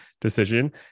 decision